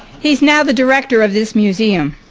he's now the director of this museum.